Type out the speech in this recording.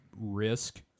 Risk